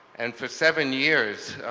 and for seven years,